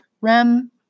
rem